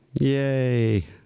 Yay